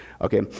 Okay